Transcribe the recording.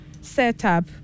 setup